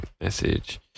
message